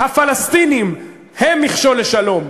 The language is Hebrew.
הפלסטינים הם מכשול לשלום,